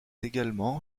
également